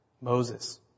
Moses